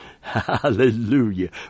Hallelujah